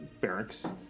barracks